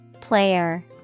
Player